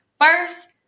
first